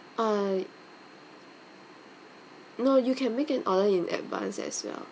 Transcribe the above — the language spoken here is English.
uh no you can make an order in advance as well